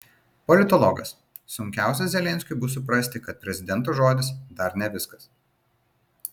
politologas sunkiausia zelenskiui bus suprasti kad prezidento žodis dar ne viskas